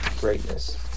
greatness